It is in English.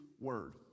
Word